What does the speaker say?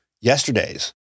yesterday's